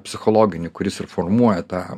psichologinį kuris ir formuoja tą